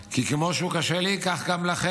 כי כמו שהוא קשה לי, כך גם לכם.